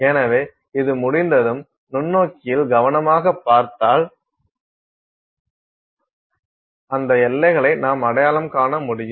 எனவே இது முடிந்ததும் நுண்ணோக்கியில் கவனமாகப் பார்த்தால் அந்த எல்லைகளை நாம் அடையாளம் காண முடியும்